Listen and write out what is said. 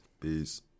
Peace